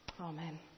Amen